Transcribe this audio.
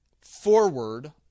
forward